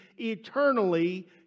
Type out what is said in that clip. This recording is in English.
eternally